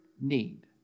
need